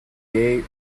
gay